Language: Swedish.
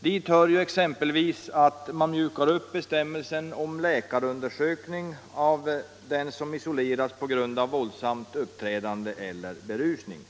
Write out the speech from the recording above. Dit hör exempelvis att man mjukar upp bestämmelsen om läkarundersökning av den som isolerats på grund av våldsamt uppträdande eller berusning.